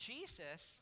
Jesus